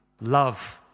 love